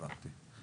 הבנתי.